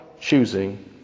choosing